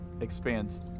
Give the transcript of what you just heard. expands